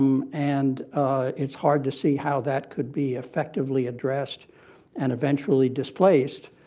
um and its hard to see how that could be effectively addressed and eventually displaced